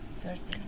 Thursday